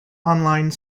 online